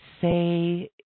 Say